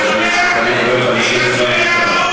בוגדים, נמאסתם.